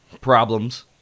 problems